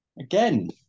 Again